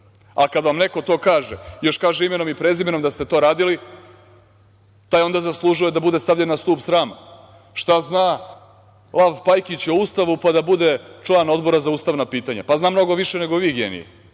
a kada vam neko to kaže, još kaže imenom i prezimenom da ste to radili, taj onda zaslužuje da bude stavljen na stub srama. Šta zna Lav Pajkić o Ustavu, pa da bude član Odbora za ustavna pitanja. Pa, zna mnogo više nego vi genije,